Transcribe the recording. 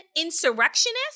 insurrectionist